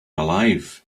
alive